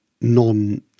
non